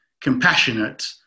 compassionate